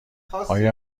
آیا